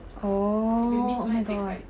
oh oh my god